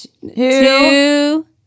two